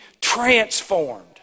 transformed